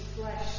flesh